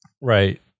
Right